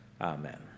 Amen